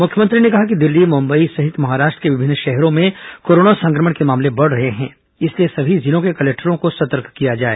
मुख्यमंत्री ने कहा कि दिल्ली मुम्बई सहित महाराष्ट्र के विभिन्न शहरों में कोरोना संक्रमण के मामले बढ़ रहे हैं इसलिए सभी जिलों के कलेक्टर्रों को सतर्क किया जाए